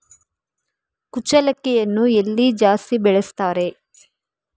ಕುಚ್ಚಲಕ್ಕಿಯನ್ನು ಎಲ್ಲಿ ಜಾಸ್ತಿ ಬೆಳೆಸ್ತಾರೆ?